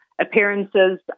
appearances